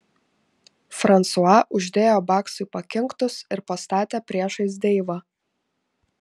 fransua uždėjo baksui pakinktus ir pastatė priešais deivą